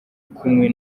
kumwe